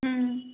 হ্যাঁ